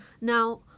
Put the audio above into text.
Now